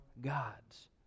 God's